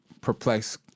perplexed